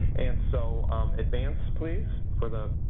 and so advance, please, for the